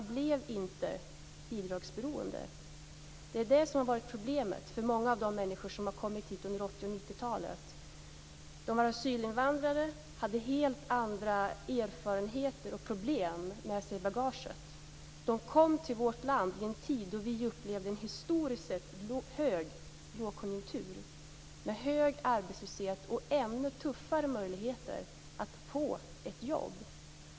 De blev inte bidragsberoende, vilket har varit problemet för dem som har kommit hit under 80 och 90 talen. De är asylinvandrare och har helt andra erfarenheter och problem med sig i bagaget. De har kommit till vårt land i en tid då vi har upplevt en historiskt sett djup lågkonjunktur med hög arbetslöshet och ännu tuffare villkor för att få ett jobb.